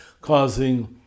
causing